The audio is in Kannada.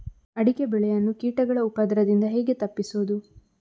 ಅಡಿಕೆ ಬೆಳೆಯನ್ನು ಕೀಟಗಳ ಉಪದ್ರದಿಂದ ಹೇಗೆ ತಪ್ಪಿಸೋದು?